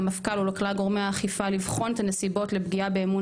למפכ"ל ולכלל גורמי האכיפה לבחון את הנסיבות לפגיעה באמון